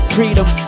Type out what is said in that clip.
Freedom